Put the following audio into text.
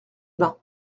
bains